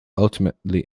ultimately